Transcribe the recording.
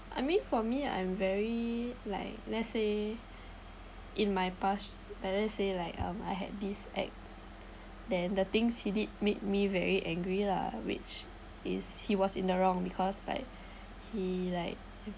I mean for me I'm very like let's say in my past I didn't say like um I had this acts then the things he did made me very angry lah which is he was in the wrong because like he like